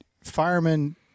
firemen